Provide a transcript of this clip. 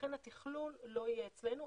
לכן התכלול לא יהיה אצלנו,